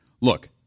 Look